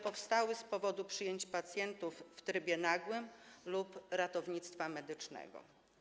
Powstały one z powodu przyjęć pacjentów w trybie nagłym lub ratownictwa medycznego.